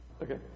Okay